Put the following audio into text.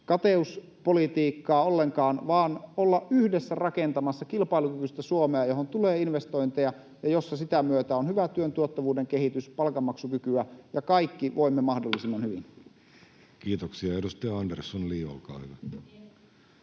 kateuspolitiikkaa ollenkaan vaan olla yhdessä rakentamassa kilpailukykyistä Suomea, johon tulee investointeja ja jossa sitä myötä on hyvä työn tuottavuuden kehitys, palkanmaksukykyä, ja kaikki voimme mahdollisimman hyvin. Kiitoksia. — Edustaja Andersson, Li, olkaa hyvä.